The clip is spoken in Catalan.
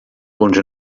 punts